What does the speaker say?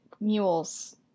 mules